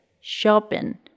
shopping